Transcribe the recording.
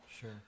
Sure